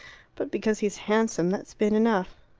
but because he's handsome, that's been enough.